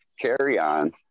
carry-on